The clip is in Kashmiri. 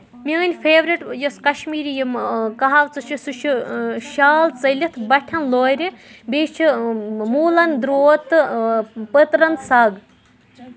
میٲنۍ فیورِٹ یۄس کشمیٖری یِم کہاوتہٕ چھِ سُہ چھُ شال ژٔلِتھ بٹھٮ۪ن لورِ بیٚیہِ چھُ موٗلَن درٛوت تہٕ پٔترَن سَگ